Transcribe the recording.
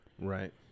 Right